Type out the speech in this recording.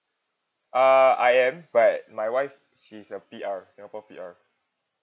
uh I am but my wife she's a P_R singapore P_R